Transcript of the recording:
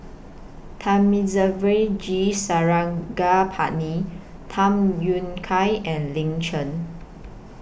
Thamizhavel G Sarangapani Tham Yui Kai and Lin Chen